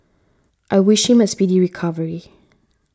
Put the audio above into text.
I wish him a speedy recovery